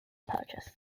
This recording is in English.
purchase